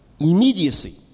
Immediacy